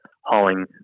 hauling